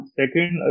second